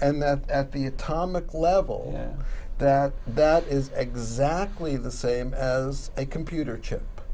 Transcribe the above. and that at the atomic level that that is exactly the same d as a computer chip